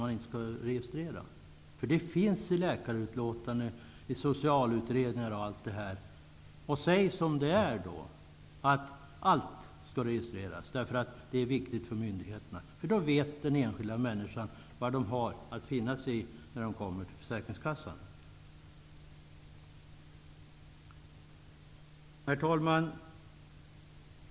Det finns sådana uppgifter i t.ex. läkarutlåtanden och i socialutredningar. Säg som det är, dvs. att allt skall registeras. Det är viktigt för myndigheterna. Då vet den enskilda människan vad man har att finna sig i när man kommer till försäkringskassan. Herr talman!